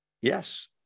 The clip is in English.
Yes